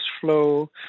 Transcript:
flow